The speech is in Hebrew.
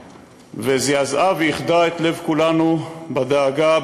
זעזעה ואיחדה את לב כולנו בדאגה,